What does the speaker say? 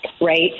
right